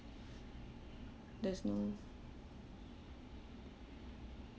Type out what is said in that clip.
there's no